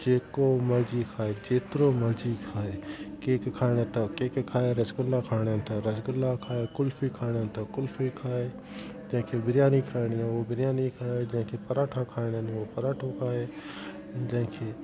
जेको मर्ज़ी खाए जेतिरो मर्ज़ी खाए केक खाइणा त केक खाए रसगुल्ला खाइणा आहिनि रसगुल्ला खायो कुल्फी खाइणा त कुल्फी खाए जंहिंखे बिरयानी खाइणी आहे उहो बिरयानी खाए जंहिंखे पराठा खाइणा आहिनि उहो पराठा खाए जंहिंखे